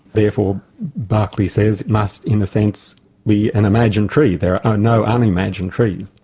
therefore berkeley says it must in a sense be an imagined tree there are no unimagined trees.